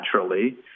naturally